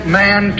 man